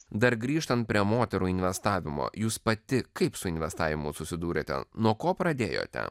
dar grįžtant prie moterų investavimo jūs pati kaip su investavimu susidūrėte nuo ko pradėjote